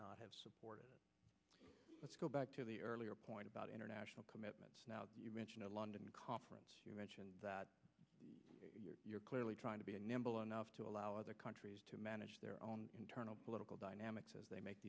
not have supported let's go back to the earlier point about international commitments now you mention the london conference you mentioned you're clearly trying to be nimble enough to allow other countries to manage their own internal political dynamics as they make